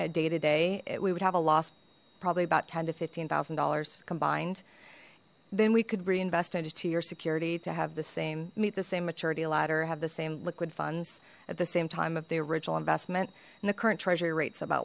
changing day to day we would have a loss probably about ten to fifteen thousand dollars combined then we could reinvest into your security to have the same meet the same maturity ladder have the same liquid funds at the same time of the original investment and the current treasury rates about